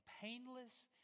painless